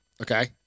Okay